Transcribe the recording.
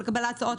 לקבל הצעות,